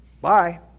Bye